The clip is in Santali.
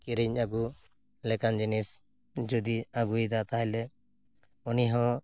ᱠᱤᱨᱤᱧ ᱟᱹᱜᱩ ᱞᱮᱠᱟᱱ ᱡᱤᱱᱤᱥ ᱡᱩᱫᱤ ᱟᱹᱜᱩᱭᱮᱫᱟ ᱛᱟᱦᱚᱞᱮ ᱩᱱᱤ ᱦᱚᱸ